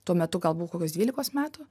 tuo metu galbūt buvau kokios dvylikos metų